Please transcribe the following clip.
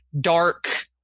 dark